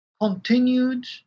continued